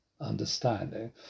understanding